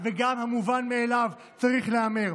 וגם המובן מאליו צריך להיאמר.